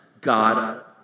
God